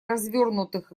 развернутых